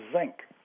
zinc